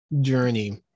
journey